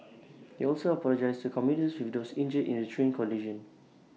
he also apologised to commuters with those injured in the train collision